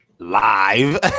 live